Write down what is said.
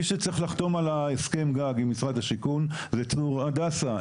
מי שצריך לחתום על הסכם הגג עם משרד השיכון זה צור הדסה.